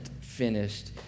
finished